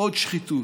עוד שחיתות.